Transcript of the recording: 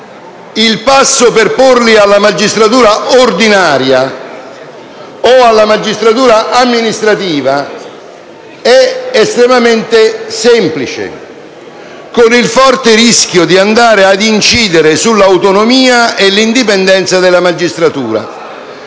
il passo per porli alla magistratura ordinaria o alla magistratura amministrativa diventa estremamente semplice, con il forte rischio di andare ad incidere sull'autonomia e l'indipendenza della magistratura.